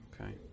okay